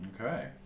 Okay